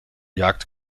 jagd